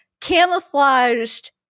camouflaged